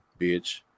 bitch